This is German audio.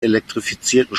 elektrifizierten